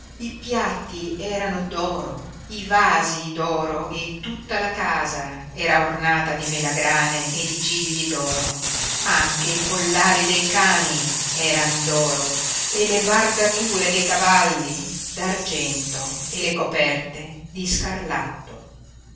i piatti erano d'oro i vasi d'oro e tutta la casa era ornata di melagrane e di gigli d'oro anche i collari dei cani eran d'oro e le bardature dei cavalli d'argento e le coperte di scarlatto